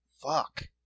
Fuck